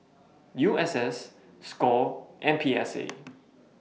U S S SCORE and P S A